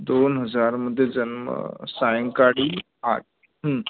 दोन हजारमध्ये जन्म सायंकाळी आठ हम्म